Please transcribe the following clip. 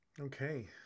Okay